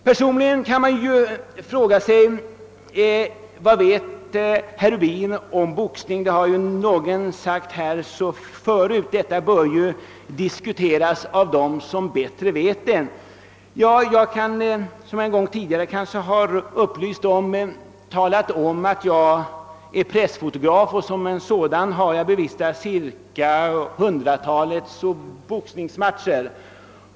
Det har sagts här förut, att boxningssporten bör diskuteras av dem som känner bättre till den. Som jag kanske tidigare har upplyst är jag pressfotograf och som sådan har jag bevistat hundratalet boxningsmatcher.